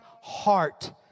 heart